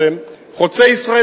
חוצה-ישראל,